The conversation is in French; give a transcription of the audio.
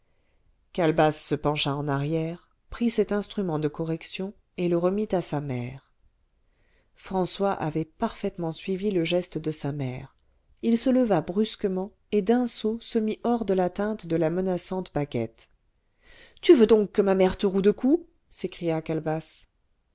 calebasse se pencha en arrière prit cet instrument de correction et le remit à sa mère françois avait parfaitement suivi le geste de sa mère il se leva brusquement et d'un saut se mit hors de l'atteinte de la menaçante baguette tu veux donc que ma mère te roue de coups s'écria calebasse